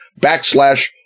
backslash